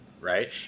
right